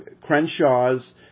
Crenshaw's